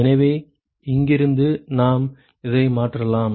எனவே இங்கிருந்து நாம் இதை மாற்றலாம்